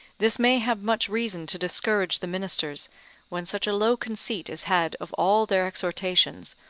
this may have much reason to discourage the ministers when such a low conceit is had of all their exhortations,